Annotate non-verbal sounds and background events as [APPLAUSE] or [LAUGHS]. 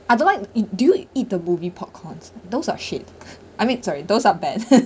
I don't like [NOISE] do you eat the movie popcorns those are shit [LAUGHS] I mean sorry those are bad [LAUGHS]